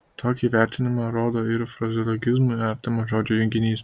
tokį vertinimą rodo ir frazeologizmui artimas žodžių junginys